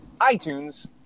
iTunes